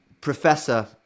professor